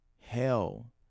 hell